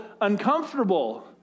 uncomfortable